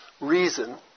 reason